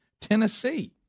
Tennessee